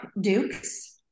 Dukes